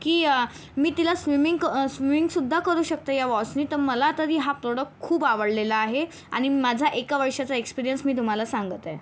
की मी तिला स्विमिंग क स्विमिंगसुद्धा करू शकते ह्या वॉसनी तर मला तरी हा प्रोडक खूप आवडलेला आहे आणि माझा एका वर्षाचा एक्सपिरियन्स मी तुम्हाला सांगत आहे